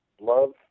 love